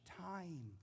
time